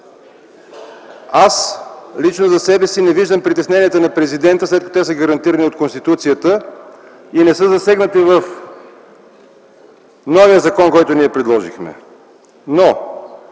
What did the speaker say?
Аз лично за себе си не виждам притесненията на президента, след като те са гарантирани от Конституцията и не са засегнати в новия закон, който предложихме, но